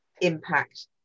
impact